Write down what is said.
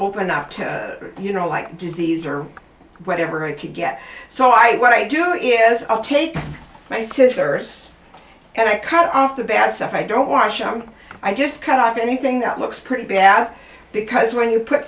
open up to you know like disease or whatever i can get so i what i do it is i'll take my sisters and i cut off the bad stuff i don't wash them i just cut off anything that looks pretty bad because when you put